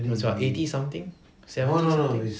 that's what eighty something seventy something